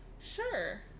Sure